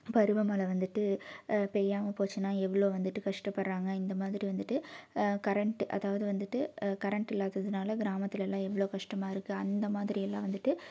பருவமழை வந்துட்டு பெய்யாமல் போச்சுனா எவ்வளோ வந்துட்டு கஷ்டப்படுறாங்க இந்த மாதிரி வந்துட்டு கரெண்ட் அதாவது வந்துட்டு கரெண்ட் இல்லாததுனால கிராமத்துலலாம் எவ்வளோ கஷ்டமாக இருக்கு அந்த மாதிரி எல்லாம் வந்துட்டு